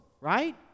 right